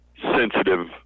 sensitive